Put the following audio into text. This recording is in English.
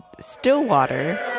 Stillwater